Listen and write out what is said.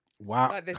Wow